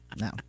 No